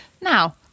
Now